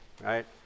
right